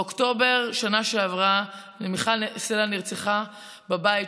באוקטובר בשנה שעברה מיכל סלה נרצחה בבית